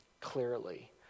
Clearly